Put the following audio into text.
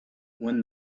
when